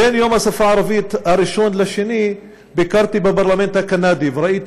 בין יום השפה הערבית הראשון לשני ביקרתי בפרלמנט הקנדי וראיתי